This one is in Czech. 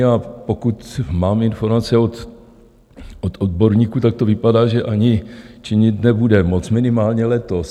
A pokud mám informace od odborníků, tak to vypadá, že ani činit nebude moct, minimálně letos.